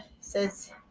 says